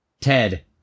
Ted